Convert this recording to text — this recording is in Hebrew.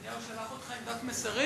נתניהו שלח אותך עם דף מסרים?